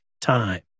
time